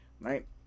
right